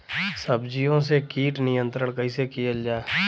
सब्जियों से कीट नियंत्रण कइसे कियल जा?